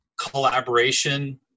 collaboration